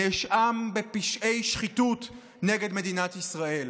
נאשם בפשעי שחיתות נגד מדינת ישראל.